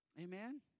Amen